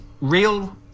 real